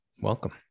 Welcome